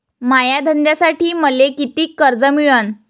माया धंद्यासाठी मले कितीक कर्ज मिळनं?